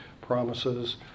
promises